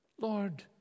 Lord